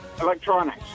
electronics